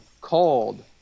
called